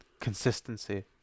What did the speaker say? consistency